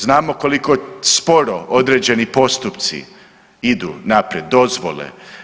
Znamo koliko sporo određeni postupci idu naprijed, dozvole.